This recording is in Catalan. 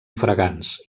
fragants